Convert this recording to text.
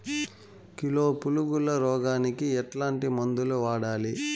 Kilo పులుగుల రోగానికి ఎట్లాంటి మందులు వాడాలి?